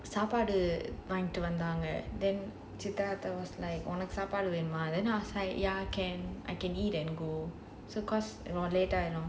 சாப்பாடு வாங்கிட்டு வந்தாங்க:saapaadu vaangittu vandhaanga then I was like can I can eat and go